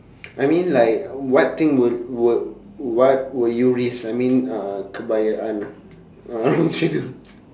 I mean like what thing will will what will you risk I mean uh